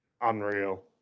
Unreal